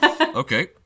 Okay